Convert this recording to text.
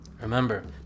Remember